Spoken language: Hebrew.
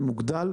הוגדל.